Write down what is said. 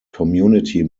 community